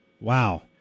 Wow